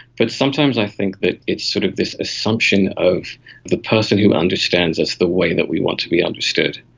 but sometimes i think that it's sort of this assumption of the person who understands us the way that we want to be understood.